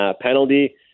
penalty